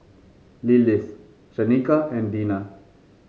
Lillis Shanika and Dina